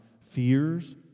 fears